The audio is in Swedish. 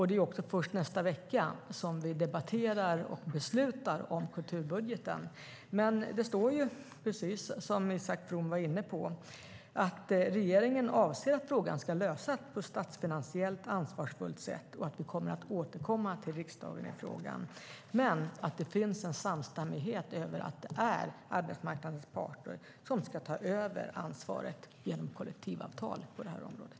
Det är också först nästa vecka som vi debatterar och beslutar om kulturbudgeten. Det står, precis som Isak From var inne på, att regeringen avser att frågan ska lösas på ett statsfinansiellt ansvarsfullt sätt och att vi återkommer till riksdagen i frågan. Men det finns en samstämmighet om att det är arbetsmarknadens parter som ska ta över ansvaret genom kollektivavtal på det här området.